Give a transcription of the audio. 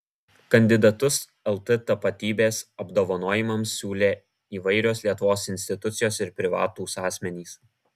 kandidatus lt tapatybės apdovanojimams siūlė įvairios lietuvos institucijos ir privatūs asmenys